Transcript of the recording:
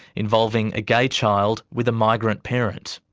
involving a gay child with a migrant parent.